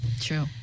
True